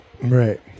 Right